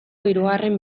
hirugarren